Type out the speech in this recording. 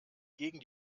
gegen